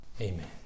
Amen